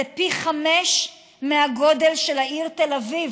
זה פי חמישה מהגודל של העיר תל אביב,